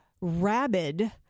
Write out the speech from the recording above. rabid